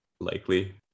likely